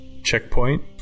Checkpoint